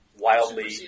wildly